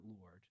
Lord